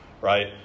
right